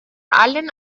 allen